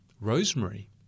Rosemary